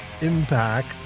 Impact